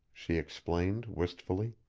she explained, wistfully.